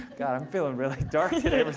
god, i'm feeling really dark today.